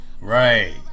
Right